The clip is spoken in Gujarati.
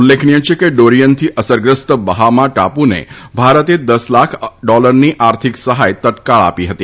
ઉલ્લેખનીય છે કે ડોરીયનથી અસરગ્રસ્ત બહાના ટાપુને ભારતે દસ લાખ ડોલરની આર્થિક સહાય તત્કાળ આપી હતી